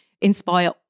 inspire